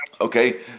Okay